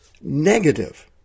negative